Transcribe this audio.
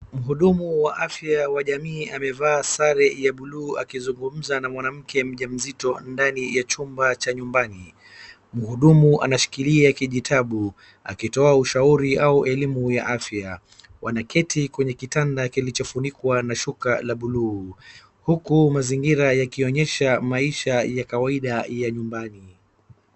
Mhudumu wa afya wa jamii amevaa sare ya buluu akizungumza na mwanamke mjamzito ndani ya chumba cha nyumbani, mhudumu anashikilia kijitabu akitoa ushauri au elimu ya afya wanaketi kwenye kitanda kilichofunikwa na shuka ya buluu huku mazingira yakionyesha maisha ya kawaida ya nyumbani.